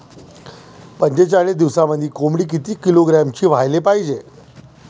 पंचेचाळीस दिवसामंदी कोंबडी किती किलोग्रॅमची व्हायले पाहीजे?